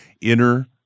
inner